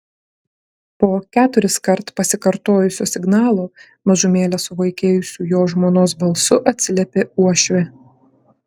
po keturiskart pasikartojusio signalo mažumėlę suvaikėjusiu jo žmonos balsu atsiliepė uošvė